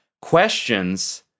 Questions—